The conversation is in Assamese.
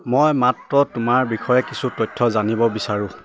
মই মাত্ৰ তোমাৰ বিষয়ে কিছু তথ্য জানিব বিচাৰোঁ